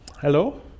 Hello